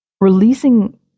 Releasing